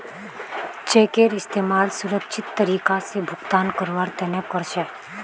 चेकेर इस्तमाल सुरक्षित तरीका स भुगतान करवार तने कर छेक